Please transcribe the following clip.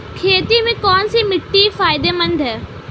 खेती में कौनसी मिट्टी फायदेमंद है?